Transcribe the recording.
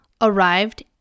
arrived